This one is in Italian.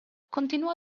continuò